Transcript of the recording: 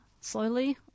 slowly